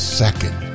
second